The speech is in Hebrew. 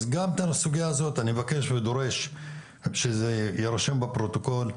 אז גם את הסוגיה הזו אני מבקש ודורש שזה יירשם בפרוטוקול,